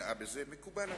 מקובל עלי.